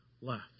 left